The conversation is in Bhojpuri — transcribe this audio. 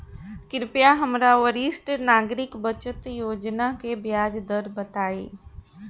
कृपया हमरा वरिष्ठ नागरिक बचत योजना के ब्याज दर बताई